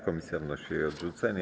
Komisja wnosi o jej odrzucenie.